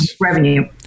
Revenue